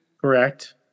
Correct